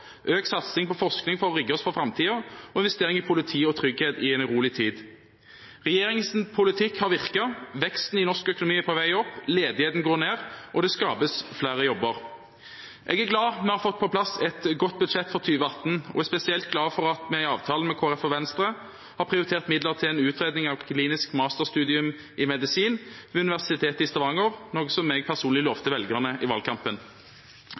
økt satsing på forskning for å rigge oss for framtiden og investeringer i politi og trygghet i en urolig tid. Regjeringens politikk har virket. Veksten i norsk økonomi er på vei opp, ledigheten går ned, og det skapes flere jobber. Jeg er glad for at vi har fått på plass et godt budsjett for 2018, og er spesielt glad for at vi i avtalen med Kristelig Folkeparti og Venstre har prioritert midler til en utredning av klinisk masterstudium i medisin ved Universitetet i Stavanger, noe jeg personlig lovte velgerne i valgkampen.